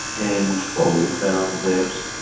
and, well, we found that,